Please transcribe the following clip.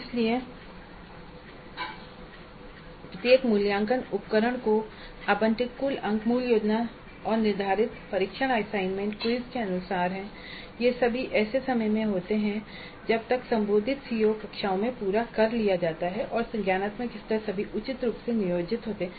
इसलिए प्रत्येक मूल्यांकन उपकरण को आवंटित कुल अंक मूल योजना और निर्धारित परीक्षण असाइनमेंट और क्विज़ के अनुसार हैं ये सभी ऐसे समय में होते हैं जब तक संबोधित सीओ कक्षाओं में पूरा कर लिया जाता है और संज्ञानात्मक स्तर सभी उचित रूप से नियोजित होते हैं